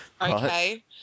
Okay